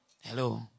Hello